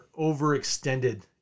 overextended